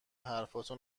حرفاتو